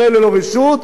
זו עבירה פלילית.